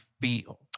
feel